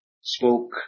spoke